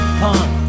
punk